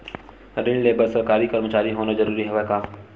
ऋण ले बर सरकारी कर्मचारी होना जरूरी हवय का?